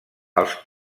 als